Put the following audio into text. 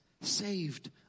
saved